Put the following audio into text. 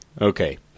okay